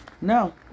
No